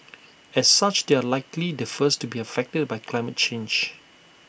as such they are likely the first to be affected by climate change